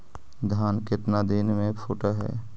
धान केतना दिन में फुट है?